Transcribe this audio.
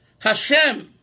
Hashem